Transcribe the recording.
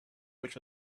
which